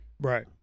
Right